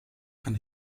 kann